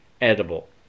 edible